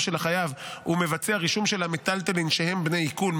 של החייב ומבצע רישום של המיטלטלין שהם בני עיקול,